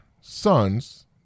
sons